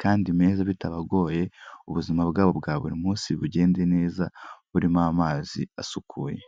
kandi meza bitabagoye, ubuzima bwabo bwa buri munsi bugende neza burimo amazi asukuye.